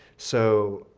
so,